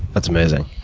that's amazing.